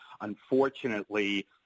Unfortunately